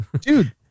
dude